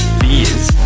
beers